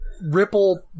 ripple